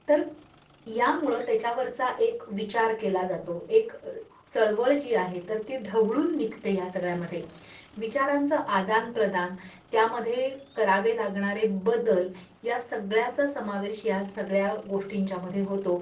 तर यामुळं त्याच्यावरचा एक विचार केला जातो एक चळवळ जी आहे तर ती ढवळून निघते ह्या सगळ्यामध्ये विचारांचं आदानप्रदान त्यामध्ये करावे लागणारे बदल या सगळ्याचा समावेश या सगळ्या गोष्टींच्यामध्ये होतो